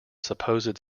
supposed